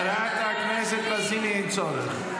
חברת הכנסת לזימי, אין צורך.